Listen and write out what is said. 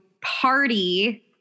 party